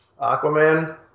Aquaman